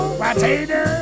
potato